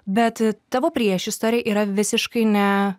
bet tavo priešistorė yra visiškai ne